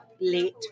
late